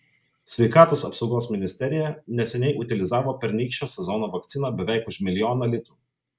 sveikatos apsaugos ministerija neseniai utilizavo pernykščio sezono vakciną beveik už milijoną litų